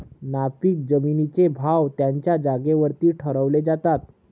नापीक जमिनींचे भाव त्यांच्या जागेवरती ठरवले जातात